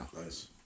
Nice